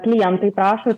klientai prašo